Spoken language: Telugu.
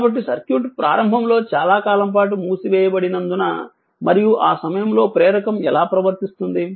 కాబట్టి సర్క్యూట్ ప్రారంభంలో చాలా కాలం పాటు మూసివేయబడినందున మరియు ఆ సమయంలో ప్రేరకం ఎలా ప్రవర్తిస్తుంది